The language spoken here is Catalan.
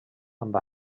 amb